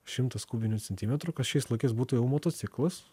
šimtas kubinių centimetrų kas šiais laikais būtų jau motociklas